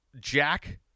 jack